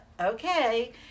okay